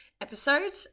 episode